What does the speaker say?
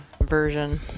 version